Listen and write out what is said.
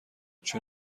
چون